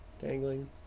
dangling